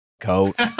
coat